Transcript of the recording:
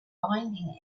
finding